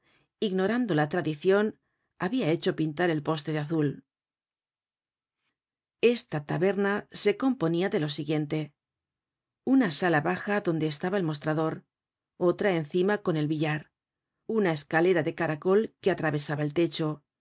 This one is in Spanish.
ignorando la tradicion habia hecho pintar el poste de azul esta taberna se componia de lo siguiente una sala baja donde estaba el mostrador otra encima con el billar una escalera de caracol que atravesaba el techo